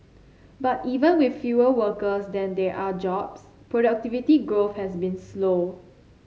but even with fewer workers than there are jobs productivity growth has been slow